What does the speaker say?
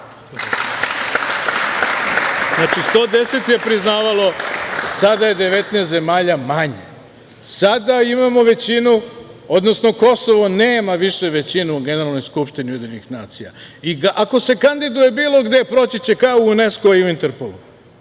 zemalja je priznavalo Kosovo, sada je 19 zemalja manje. Sada imamo većinu, odnosno Kosovo nema više većinu u Generalnoj skupštini UN. I ako se kandiduje bilo gde, proći će kao u UNESKO i u Interpolu.